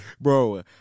bro